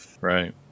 Right